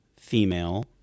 female